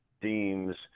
deems